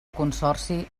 consorci